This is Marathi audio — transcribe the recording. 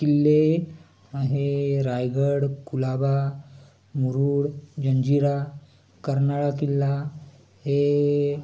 किल्ले हे रायगड कुलाबा मुरुड जंजिरा कर्नाळा किल्ला हे